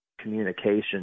communication